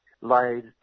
laid